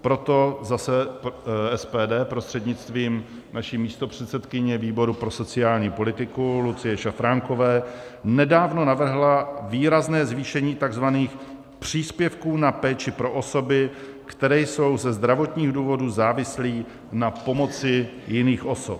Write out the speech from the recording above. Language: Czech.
Proto zase SPD prostřednictvím naší místopředsedkyně výboru pro sociální politiku Lucie Šafránkové nedávno navrhla výrazné zvýšení takzvaných příspěvků na péči pro osoby, které jsou ze zdravotních důvodů závislé na pomoci jiných osob.